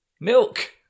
Milk